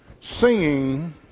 Singing